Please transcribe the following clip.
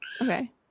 Okay